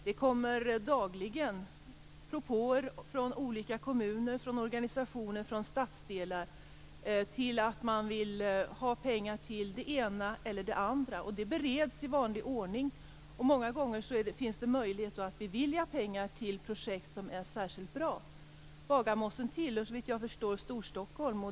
Det kommer dagligen propåer från olika kommuner, från organisationer och från stadsdelar därför att man vill ha pengar till det ena eller det andra. Det bereds i vanlig ordning. Många gånger finns det möjlighet att bevilja pengar till projekt som är särskilt bra. Bagarmossen tillhör såvitt jag förstår Stor Stockholm.